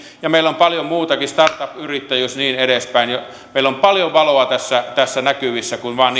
ja meillä on paljon muutakin startup yrittäjyys ja niin edespäin meillä on paljon valoa tässä tässä näkyvissä kun vain